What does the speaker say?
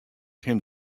him